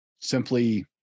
simply